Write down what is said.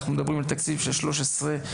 אנחנו מדברים על תקציב של 13 מיליארד,